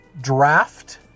draft